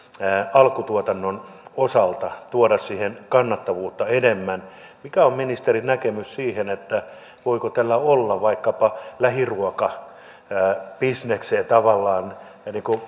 alkutuotannon osalta tuoda siihen kannattavuutta enemmän mikä on ministerin näkemys siihen voiko tällä olla vaikkapa lähiruokabisnekseen tavallaan